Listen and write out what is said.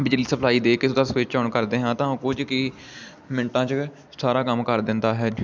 ਬਿਜਲੀ ਸਪਲਾਈ ਦੇ ਕੇ ਉਹਦਾ ਸਵਿੱਚ ਆਨ ਕਰਦੇ ਹਾਂ ਤਾਂ ਕੁਝ ਕੁ ਮਿੰਟਾਂ 'ਚ ਸਾਰਾ ਕੰਮ ਕਰ ਦਿੰਦਾ ਹੈ